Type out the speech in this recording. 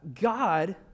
God